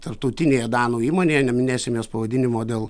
tarptautinėje danų įmonėje neminėsim jos pavadinimo dėl